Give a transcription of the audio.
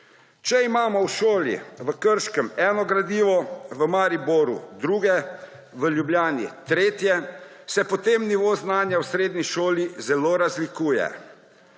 Če imamo v šoli v Krškem eno gradivo, v Mariboru drugo, v Ljubljani tretje, se potem nivo znanja v srednji šoli zelo razlikuje.